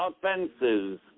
offenses